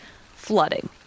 flooding